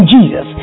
Jesus